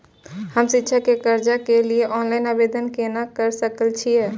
हम शिक्षा के कर्जा के लिय ऑनलाइन आवेदन केना कर सकल छियै?